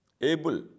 able